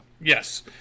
yes